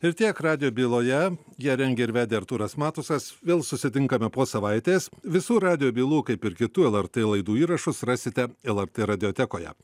ir tiek radijo byloje ją rengė ir vedė artūras matusas vėl susitinkame po savaitės visų radijo bylų kaip ir kitų lrt laidų įrašus rasite lrt radiotekoje